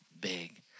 big